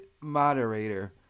moderator